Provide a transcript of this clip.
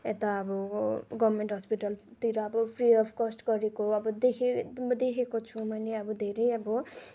यता अब गभर्मेन्ट हस्पिटलतिर अब फ्री अफ कस्ट गरेको अब देखेँ अब देखेको छु मैले अब धेरै अब